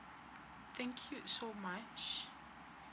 thank you so much